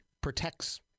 protects